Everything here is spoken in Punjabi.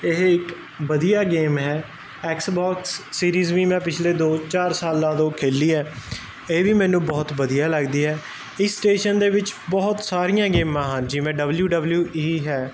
ਇਹ ਇੱਕ ਵਧੀਆ ਗੇਮ ਹੈ ਐਕਸ ਬੋਕਸ ਸੀਰੀਜ਼ ਵੀ ਮੈਂ ਪਿਛਲੇ ਦੋ ਚਾਰ ਸਾਲਾਂ ਤੋਂ ਖੇਲੀ ਹੈ ਇਹ ਵੀ ਮੈਨੂੰ ਬਹੁਤ ਵਧੀਆ ਲੱਗਦੀ ਹੈ ਇਸ ਸਟੇਸ਼ਨ ਦੇ ਵਿੱਚ ਬਹੁਤ ਸਾਰੀਆਂ ਗੇਮਾਂ ਹਨ ਜਿਵੇਂ ਡਬਲਿਊ ਡਬਲਿਊ ਈ ਹੈ